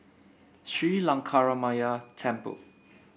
Sri Lankaramaya Temple